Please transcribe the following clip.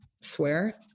swear